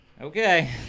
okay